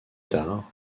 tard